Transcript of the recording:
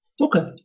Okay